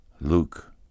Luke